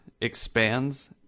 expands